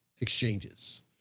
exchanges